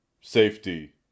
safety